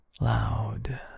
loud